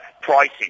pricing